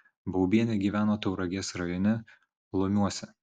baubienė gyveno tauragės rajone lomiuose